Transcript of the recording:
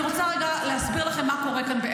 אני רוצה רגע להסביר לכם מה קורה כאן.